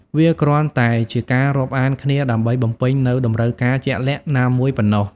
វាគ្រាន់តែជាការរាប់អានគ្នាដើម្បីបំពេញនូវតម្រូវការជាក់លាក់ណាមួយប៉ុណ្ណោះ។